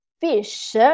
fish